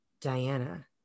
Diana